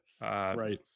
right